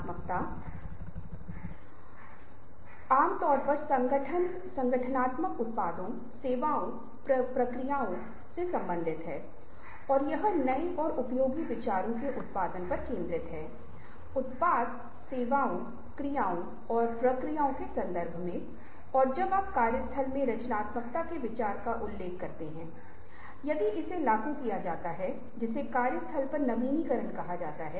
हम कुछ खेलों और कुछ गतिविधियों को देख रहे होंगे जिन्हें मैं आपके साथ साझा करूंगा और यदि आवश्यक हो हाथ बाहरी भी प्रदान किए जा सकते हैं और कुछ पुस्तकों के संदर्भों के बाद मुख्य अंकों का सारांश जो आप अनुसरण कर सकते हैं आप इसे वेब साइटों और कुछ वेब पृष्ठों पर देख सकते हैं जहां आप कुछ सामग्री का उपयोग कर सकते हैं